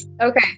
Okay